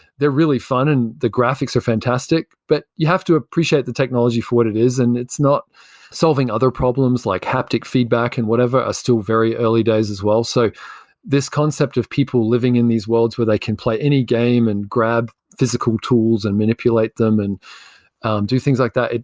they're really fun and the graphics are fantastic, but you have to appreciate the technology for what it is and it's not solving other problems, like haptic feedback and whatever, are still very early days as well so this concept of people living in these worlds where they can play any game and grab physical tools and manipulate them and and do things like that,